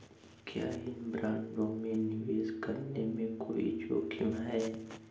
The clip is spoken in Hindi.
क्या इन बॉन्डों में निवेश करने में कोई जोखिम है?